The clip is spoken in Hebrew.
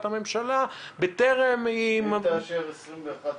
הממשלה בטרם היא --- ואם תאשר עכשיו 21 יום,